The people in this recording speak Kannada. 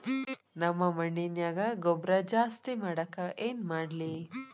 ನಮ್ಮ ಮಣ್ಣಿನ್ಯಾಗ ಗೊಬ್ರಾ ಜಾಸ್ತಿ ಮಾಡಾಕ ಏನ್ ಮಾಡ್ಲಿ?